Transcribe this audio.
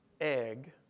egg